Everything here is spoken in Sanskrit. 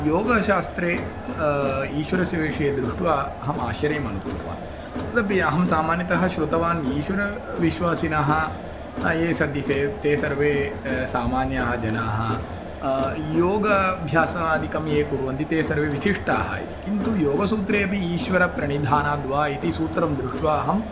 योगशास्त्रे ईश्वरस्य विषये दृष्ट्वा अहम् आश्चर्यम् अनुभूत्वा तदपि अहं सामान्यतः शृतवान् ईश्वरविश्वासिनः ये सति से ते सर्वे सामान्याः जनाः योगाभ्यासादिकं ये कुर्वन्ति ते सर्वे विशिष्टाः इति किन्तु योगसूत्रे अपि ईश्वरप्रणिधानाद्वा इति सूत्रं दृष्ट्वा अहम्